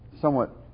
somewhat